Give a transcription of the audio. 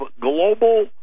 Global